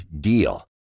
DEAL